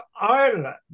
Ireland